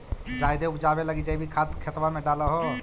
जायदे उपजाबे लगी जैवीक खाद खेतबा मे डाल हो?